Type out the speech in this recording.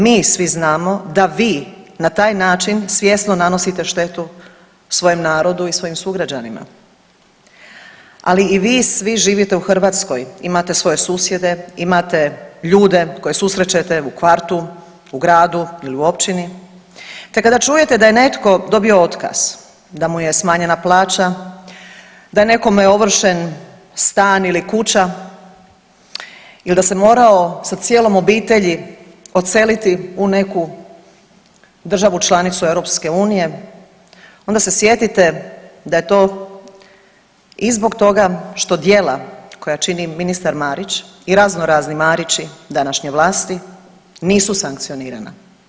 Mi svi znamo da vi na taj način svjesno nanosite štetu svojem narodu i svojim sugrađanima, ali i vi svi živite u Hrvatskoj, imate svoje susjede, imate ljude koje susrećete u kvartu, u gradu ili u općini, te kada čujete da je netko dobio otkaz, da mu je smanjena plaća, da je nekome ovršen stan ili kuća il da se morao sa cijelom obitelji odseliti u neku državu članicu EU onda se sjetite da je to i zbog toga što djela koja čini ministar Marić i raznorazni Marići današnje vlasti nisu sankcionirana.